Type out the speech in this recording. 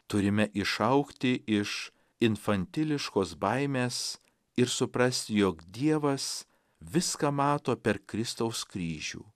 turime išaugti iš infantiliškos baimės ir suprasti jog dievas viską mato per kristaus kryžių